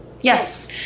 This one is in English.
Yes